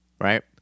right